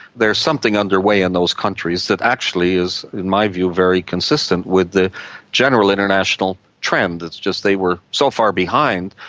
there's something underway in those countries that actually is in my view very consistent with the general international trend, it's just they were so far behind.